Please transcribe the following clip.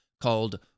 called